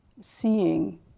seeing